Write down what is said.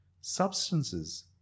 substances